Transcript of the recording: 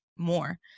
More